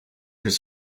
his